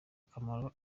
kamaro